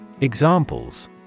Examples